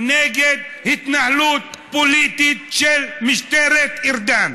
נגד ההתנהלות הפוליטית של משטרת ארדן.